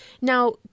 Now –